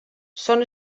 són